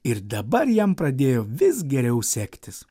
ir dabar jam pradėjo vis geriau sektis